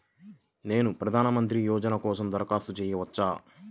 నేను ప్రధాన మంత్రి యోజన కోసం దరఖాస్తు చేయవచ్చా?